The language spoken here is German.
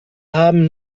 haben